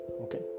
okay